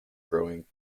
growing